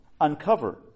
uncover